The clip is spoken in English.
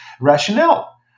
rationale